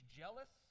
jealous